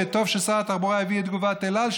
וטוב ששר התחבורה הביא את תגובת אל על,